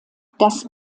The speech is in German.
das